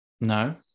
No